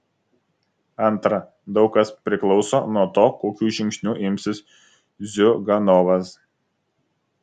antra daug kas priklauso nuo to kokių žingsnių imsis ziuganovas